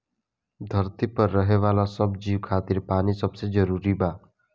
धरती पर रहे वाला सब जीव खातिर पानी सबसे जरूरी बा